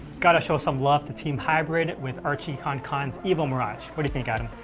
got to show some love to team hybrid with archie concon's evo mirage. what do you think, adam?